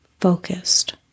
focused